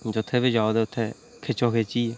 जित्थें बी जाओ ते उत्थें खिच्चो खिच्ची